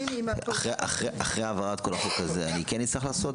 אחרי הבאת כל החוק הזה אני אצטרך לעשות